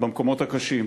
במקומות הקשים,